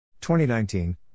2019